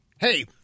Hey